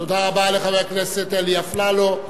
תודה רבה לחבר הכנסת אלי אפללו.